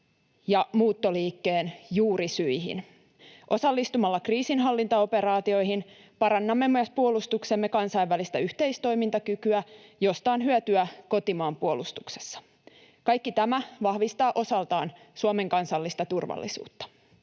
ja muuttoliikkeen juurisyihin. Osallistumalla kriisinhallintaoperaatioihin parannamme myös puolustuksemme kansainvälistä yhteistoimintakykyä, josta on hyötyä kotimaan puolustuksessa. Kaikki tämä vahvistaa osaltaan Suomen kansallista turvallisuutta.